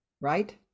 right